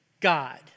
God